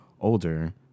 older